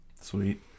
sweet